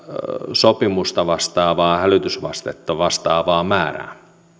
sopimusta vastaavaa hälytysvastetta vastaavaa määrää